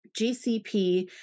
GCP